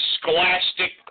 scholastic